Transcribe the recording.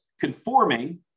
conforming